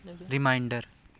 reminder